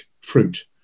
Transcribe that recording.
fruit